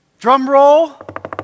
Drumroll